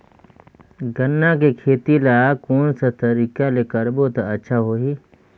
गन्ना के खेती ला कोन सा तरीका ले करबो त अच्छा होही?